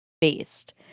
based